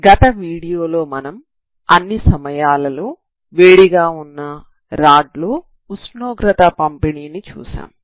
గత వీడియోలో మనం అన్ని సమయాలలో వేడిగా వున్న రాడ్ లో ఉష్ణోగ్రత పంపిణీని చూశాము